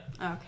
Okay